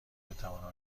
بتوانم